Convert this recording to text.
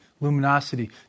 luminosity